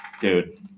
dude